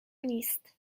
نیست